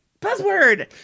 buzzword